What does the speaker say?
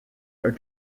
are